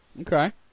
Okay